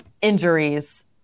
injuries